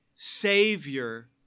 Savior